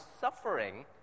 suffering